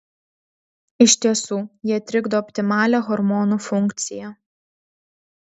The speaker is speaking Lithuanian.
iš tiesų jie trikdo optimalią hormonų funkciją